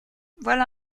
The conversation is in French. voilà